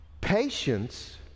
patience